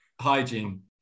hygiene